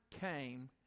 came